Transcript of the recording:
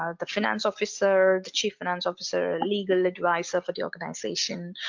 um the finance officer the chief finance officer, legal advisor for the organization.